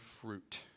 fruit